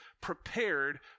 prepared